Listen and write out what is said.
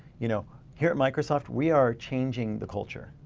you know here at microsoft we are changing the culture